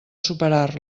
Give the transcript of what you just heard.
superar